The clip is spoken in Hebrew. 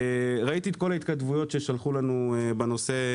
ראיתי את כל ההתכתבויות ששלחו לנו בנושא,